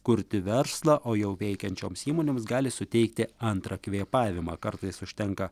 kurti verslą o jau veikiančioms įmonėms gali suteikti antrą kvėpavimą kartais užtenka